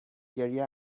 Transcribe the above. گریه